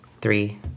three